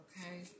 Okay